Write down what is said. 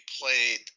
played –